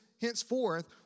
henceforth